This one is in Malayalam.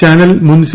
ചാനൽ മുൻ സി